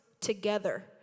together